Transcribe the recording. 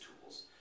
tools